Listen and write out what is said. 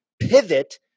pivot